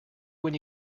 when